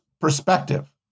perspective